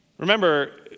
Remember